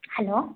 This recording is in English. hello